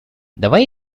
давай